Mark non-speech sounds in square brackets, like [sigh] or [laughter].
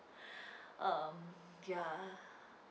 [breath] um ya